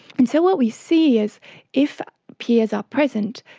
and so what we see is if peers are present,